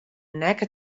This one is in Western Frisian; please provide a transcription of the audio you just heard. nekke